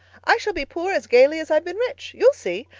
i shall be poor as gaily as i've been rich. you'll see.